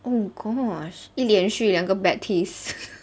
oh gosh 一脸是两个 baptist